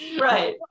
Right